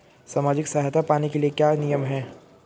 सामाजिक सहायता पाने के लिए क्या नियम हैं?